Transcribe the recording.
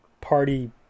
party